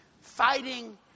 fighting